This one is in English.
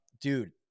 dude